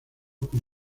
con